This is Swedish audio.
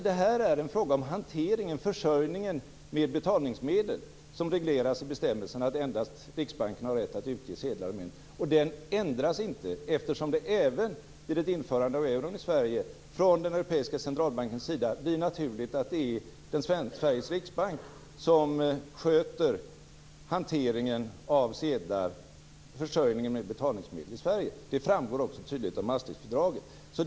Det är en fråga om hanteringen av och försörjningen med betalningsmedel, som regleras i bestämmelsen att endast Riksbanken har rätt att utge sedlar och mynt. Den ändras inte. Det blir även vid ett införande av euron i Sverige från den europeiska centralbankens sida naturligt att det är Sveriges Riksbank som sköter hanteringen av sedlar och försörjningen med betalningsmedel i Sverige. Det framgår också tydligt av Maastrichtfördraget.